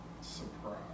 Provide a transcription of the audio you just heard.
Surprise